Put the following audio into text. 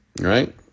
right